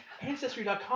ancestry.com